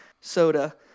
soda